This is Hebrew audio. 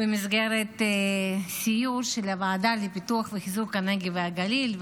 במסגרת סיור של הוועדה לפיתוח וחיזוק הנגב והגליל,